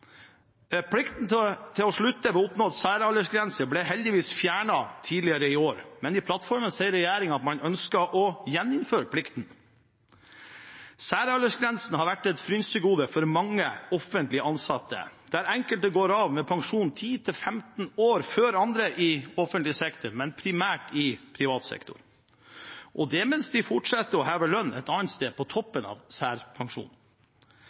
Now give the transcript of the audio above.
Plikten til å slutte ved oppnådd særaldersgrense ble heldigvis fjernet tidligere i år, men i plattformen sier regjeringen at man ønsker å gjeninnføre plikten. Særaldersgrensen har vært et frynsegode for mange offentlig ansatte – enkelte går av med pensjon 10–15 år før andre i offentlig sektor – men primært i privat sektor, og det mens de fortsetter å heve lønn et annet sted på